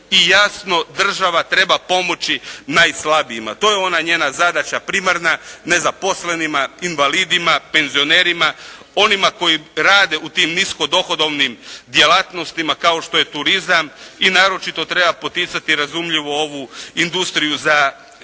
i jasno, država treba pomoći najslabijima, to je ona njena zadaća primarna, nezaposlenima, invalidima, penzionerima, onima koji rade u tim nisko dohodovnim djelatnostima kao što je turizam i naročito treba poticati, razumljivo industriju za izvoz.